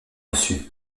reçu